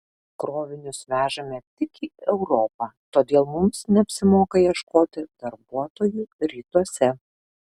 krovinius vežame tik į europą todėl mums neapsimoka ieškoti darbuotojų rytuose